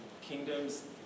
kingdoms